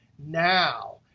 now,